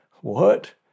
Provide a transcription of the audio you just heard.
What